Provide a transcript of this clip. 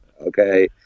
okay